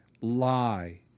lie